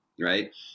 right